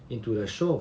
into the show